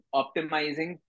optimizing